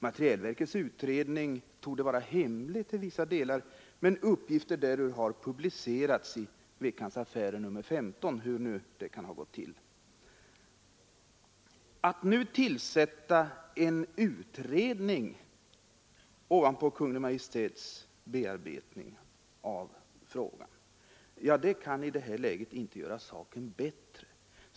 Materielverkets utredning torde vara hemlig till vissa delar, men uppgifter därur har publicerats i Veckans Affärer nr 15, hur det nu kan ha gått till. Att nu tillsätta en utredning ovanpå Kungl. Maj:ts bearbetning av frågan kan i detta läge inte göra saken bättre.